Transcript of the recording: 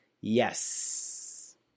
yes